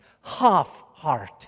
half-hearted